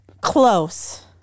Close